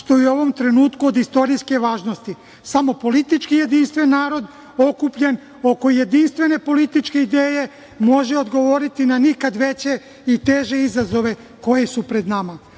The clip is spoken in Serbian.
što je uovom trenutku od istorijske važnosti. Samo politički jedinstven narod, okupljen oko jedinstvene političke ideje, može odgovoriti na nikad veće i teže izazove koji su pred nama.